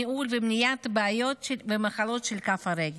ניהול ומניעת בעיות ומחלות של כף הרגל.